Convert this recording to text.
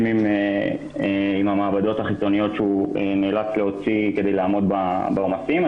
עם המעבדות החיצוניות שהוא נאלץ להוציא כדי לעמוד בעומסים.